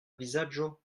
vizaĝo